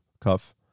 Cuff